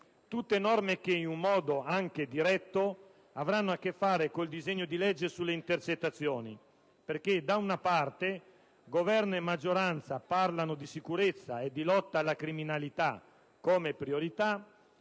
tutte norme che in un modo anche diretto avranno a che fare con il disegno di legge sulle intercettazioni, perché da una parte Governo e maggioranza parlano di sicurezza e di lotta alla criminalità come priorità,